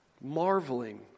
marveling